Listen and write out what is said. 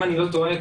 אם אני לא טועה,